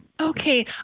Okay